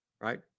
right